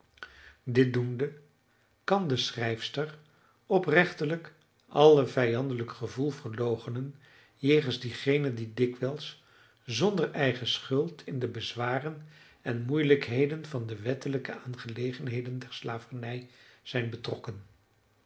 dit doende kan de schrijfster oprechtelijk alle vijandelijk gevoel verloochenen jegens diegenen die dikwijls zonder eigen schuld in de bezwaren en moeilijkheden van de wettelijke aangelegenheden der slavernij zijn betrokken